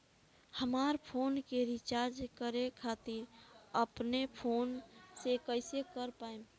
हमार फोन के रीचार्ज करे खातिर अपने फोन से कैसे कर पाएम?